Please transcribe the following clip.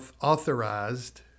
authorized